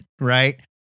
right